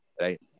Right